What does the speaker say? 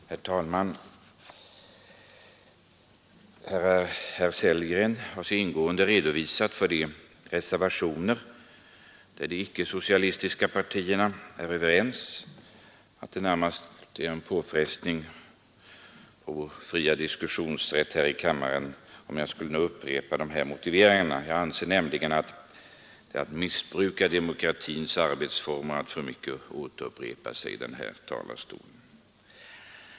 Herr talman! Herr Sellgren har så ingående redovisat för de reservationer där de icke-socialistiska partierna är överens att det närmast är en påfrestning på vår fria diskussionsrätt här i kammaren om jag skulle upprepa de motiveringarna. Jag anser nämligen att det är att missbruka demokratins arbetsformer att alltför mycket återupprepa sig i denna talarstol.